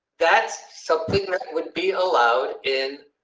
that so would be allowed in.